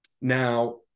Now